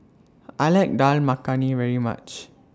I like Dal Makhani very much